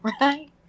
Right